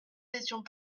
n’étions